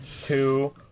two